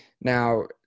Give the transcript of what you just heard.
Now